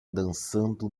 dançando